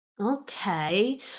Okay